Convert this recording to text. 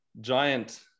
giant